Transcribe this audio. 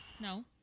No